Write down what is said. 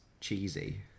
cheesy